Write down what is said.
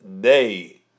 day